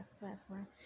platform